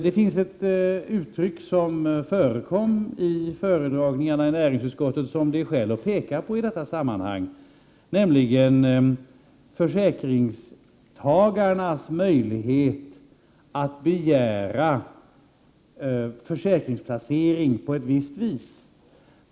Det finns ett uttryck som förekom i föredragningarna i näringsutskottet som det är skäl att påpeka i detta sammanhang, nämligen att försäkringstagare får möjlighet att begära försäkringsplacering på ett visst vis.